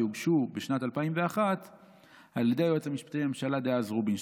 שהוגשו בשנת 2001 על ידי היועץ המשפטי לממשלה דאז רובינשטיין.